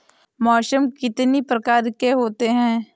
मौसम कितनी प्रकार के होते हैं?